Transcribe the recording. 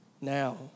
now